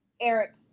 Eric